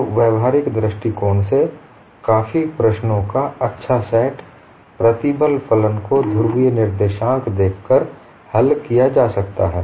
तो व्यावहारिक दृष्टिकोण से काफी प्रश्नों का अच्छा सेट प्रतिबल फलन को ध्रुवीय निर्देशांक देखकर हल किया किया जा सकता है